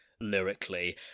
lyrically